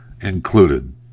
included